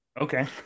okay